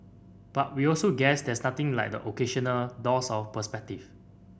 but we also guess there's nothing like the occasional dose of perspective